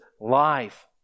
life